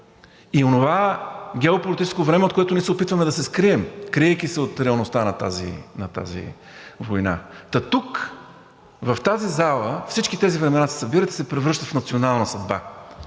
И онова геополитическо време, от което ние се опитваме да се скрием, криейки се от реалността на тази война. Та тук в тази зала всички тези времена се събират и се превръщат в национална съдба.